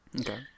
Okay